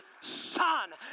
son